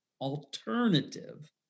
alternative